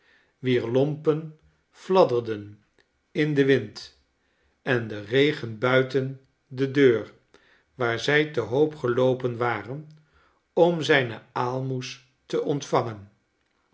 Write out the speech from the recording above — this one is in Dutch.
wier lompen fladderden in den wind en den regen buiten de deur waar zij te hoop geloopen waren om zijne aalraoes te ontvangen